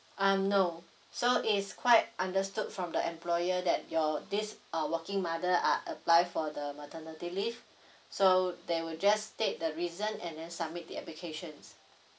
um no so is quite understood from the employer that your this uh working mother are apply for the maternity leave so they will just state the reason and then submit the applications